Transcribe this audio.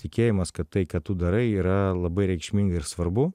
tikėjimas kad tai ką tu darai yra labai reikšminga ir svarbu